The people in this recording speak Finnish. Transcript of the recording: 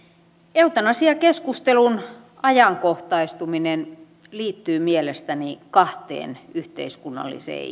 eutanasiakeskustelun ajankohtaistuminen liittyy mielestäni kahteen yhteiskunnalliseen